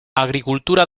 agricultura